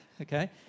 Okay